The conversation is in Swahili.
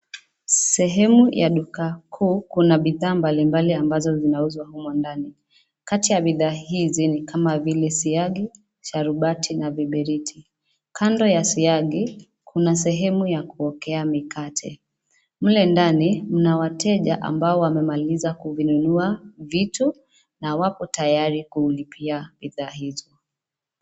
Sehemu ya duka kuu kuna bidhaa mbalimbali ambazo zinauzwa humo ndani, kati ya bidhaa hizi ni kama vile siagi, charubati na viberiti, kando ya siagi kuna sehemu ya kuokea mikate. Mle ndani mna wateja ambao wamemaliza kuvinunua vitu na wapo tayari kulipia bidhaa hizo.